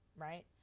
right